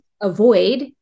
avoid